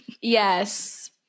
Yes